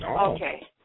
Okay